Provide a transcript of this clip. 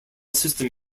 system